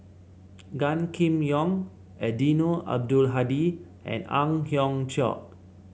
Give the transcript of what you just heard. Gan Kim Yong Eddino Abdul Hadi and Ang Hiong Chiok